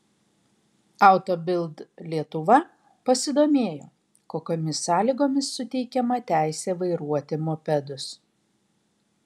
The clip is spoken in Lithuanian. auto bild lietuva pasidomėjo kokiomis sąlygomis suteikiama teisė vairuoti mopedus